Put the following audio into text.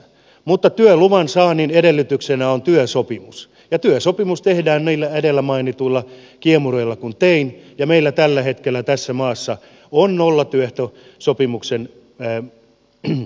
mutta työluvan saannin edellytyksenä on työsopimus ja työsopimus tehdään niillä edellä mainituilla kiemuroilla kuin sanoin ja meillä tällä hetkellä tässä maassa on nollatyöehtosopimuksen mahdollisuus